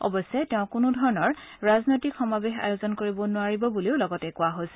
অৱশ্যে তেওঁ কোনোধৰণৰ ৰাজনৈতিক সমাৱেশ আয়োজন কৰিব নোৱাৰিব বুলিও লগতে কোৱা হৈছে